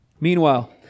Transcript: Meanwhile